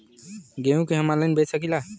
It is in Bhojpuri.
गेहूँ के हम ऑनलाइन बेंच सकी ला?